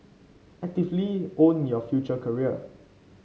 actively own your future career